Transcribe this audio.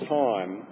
time